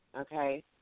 okay